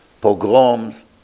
pogroms